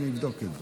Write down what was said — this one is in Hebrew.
אני אבדוק את זה.